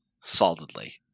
Solidly